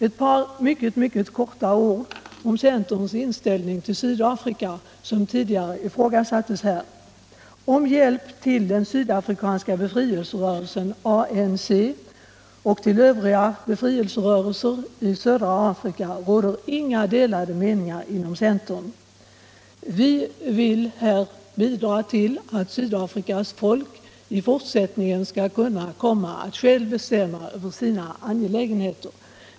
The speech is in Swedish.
Ett par mycket korta ord om centerns inställning till Sydafrika, som tidigare ifrågasatts här. Om hjälpen till sydafrikanska befrielserörelsen ANC och övriga befrielserörelser i södra Afrika råder inga delade meningar inom centern. Vi vill här bidra till att Sydafrikas folk i fortsättningen skall kunna själva bestämma över sina egna angelägenheter.